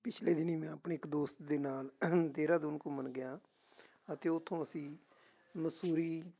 ਪਿਛਲੇ ਦਿਨੀ ਮੈਂ ਆਪਣੇ ਇੱਕ ਦੋਸਤ ਦੇ ਨਾਲ ਦੇਹਰਾਦੂਨ ਘੁੰਮਣ ਗਿਆ ਅਤੇ ਉੱਥੋਂ ਅਸੀਂ ਮਸੂਰੀ